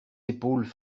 épaules